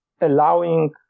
allowing